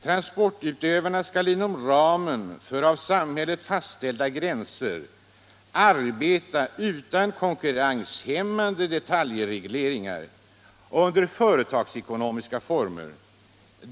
Transportutövarna skall inom ramen för av samhället fastlagda gränser arbeta utan konkurrenshämmande detaljregleringar och under företagsekonomiska former.